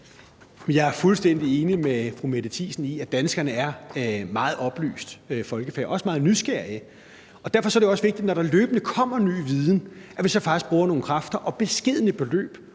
Jeg er fuldstændig enig med fru Mette Thiesen i, at danskerne er et meget oplyst folkefærd, også meget nysgerrigt. Derfor er det også vigtigt, at vi, når der løbende kommer ny viden, faktisk bruger nogle kræfter og beskedne beløb